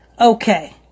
Okay